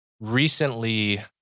Recently